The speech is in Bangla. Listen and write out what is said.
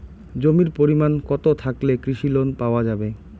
জমির পরিমাণ কতো থাকলে কৃষি লোন পাওয়া যাবে?